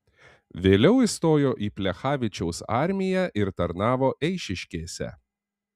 vėliau įstojo į plechavičiaus armiją ir tarnavo eišiškėse